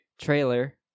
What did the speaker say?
trailer